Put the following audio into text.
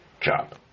job